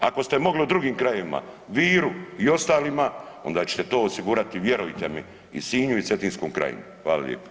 Ako ste mogli u drugim krajevima Viru i ostalima onda ćete to osigurati vjerujte mi i Sinju i Cetinskoj krajini.